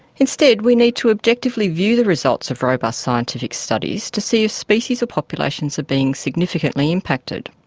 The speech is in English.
instead we need to objectively view the results of robust scientific studies to see if species or populations are being significantly impacted.